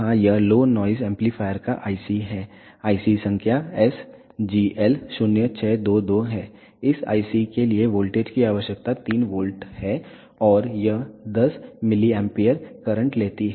यहां यह low noise amplifier का IC है IC संख्या SGL0622 है इस IC के लिए वोल्टेज की आवश्यकता 3 वोल्ट है और यह 10 mA करंट लेती है